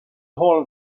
hall